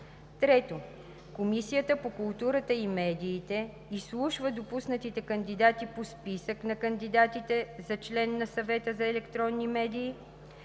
3. Комисията по културата и медиите изслушва допуснатите кандидати по списък на кандидатите за член на Съвета за електронни медии,